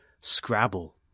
Scrabble